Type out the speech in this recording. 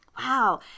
wow